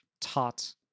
taught